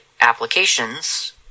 applications